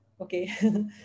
Okay